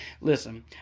listen